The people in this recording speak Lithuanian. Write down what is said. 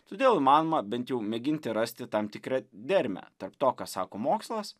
todėl manoma bent jau mėginti rasti tam tikrą dermę tarp to ką sako mokslas